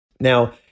Now